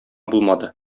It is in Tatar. булмады